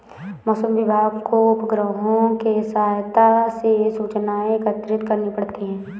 मौसम विभाग को उपग्रहों के सहायता से सूचनाएं एकत्रित करनी पड़ती है